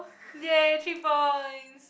!yay! three points